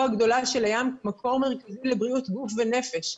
הגדולה של הים כמקור מרכזי לבריאות גוף ונפש.